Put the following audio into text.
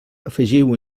afegiu